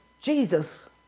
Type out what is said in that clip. Jesus